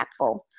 impactful